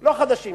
לא חדשים,